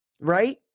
right